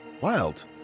Wild